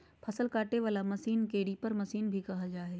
फसल काटे वला मशीन के रीपर मशीन भी कहल जा हइ